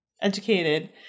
educated